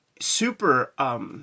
super